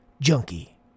junkie